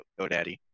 GoDaddy